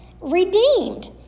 redeemed